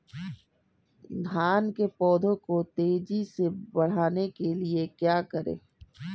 धान के पौधे को तेजी से बढ़ाने के लिए क्या करें?